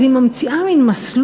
אז היא ממציאה מין מסלול,